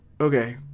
Okay